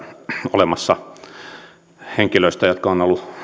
olemassa koskien henkilöitä jotka ovat olleet